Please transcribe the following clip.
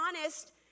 honest